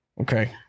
Okay